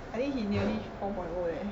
I think he nearly four point zero eh